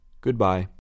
Goodbye